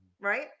right